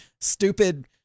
stupid